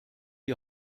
die